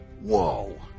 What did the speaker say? whoa